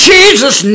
Jesus